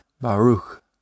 Baruch